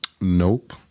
Nope